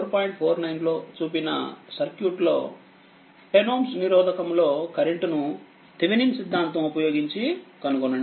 49 లో చూపిన సర్క్యూట్ లో 10 Ω నిరోధకం లో కరెంటు ను థేవినిన్ సిద్ధాంతం ఉపయోగించి కనుగొనండి